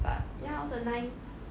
but ya all the nice